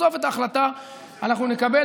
בסוף את ההחלטה אנחנו נקבל,